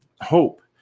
hope